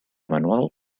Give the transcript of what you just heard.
manual